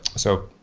so,